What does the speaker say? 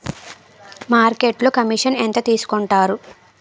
మార్కెట్లో కమిషన్ ఎంత తీసుకొంటారు?